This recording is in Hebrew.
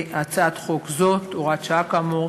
להצעת חוק זו, הוראת שעה כאמור.